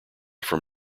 from